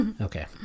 Okay